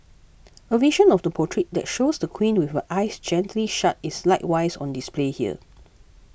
a version of the portrait that shows the Queen with her eyes gently shut is likewise on display here